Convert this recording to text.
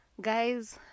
guys